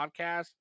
podcast